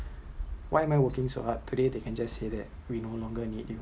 why am I working so hard today they can just say that we no longer need you